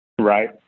Right